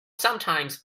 sometimes